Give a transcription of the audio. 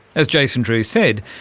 as jason drew said,